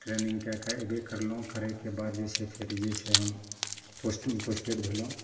training कए कऽ एबे करलहुँ करैके बाद जे छै फेर जे छै हम पोस्टिङ्ग पोस्टेड भेलहुँ